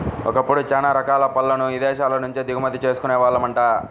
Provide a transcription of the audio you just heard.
ఒకప్పుడు చానా రకాల పళ్ళను ఇదేశాల నుంచే దిగుమతి చేసుకునే వాళ్ళమంట